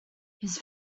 his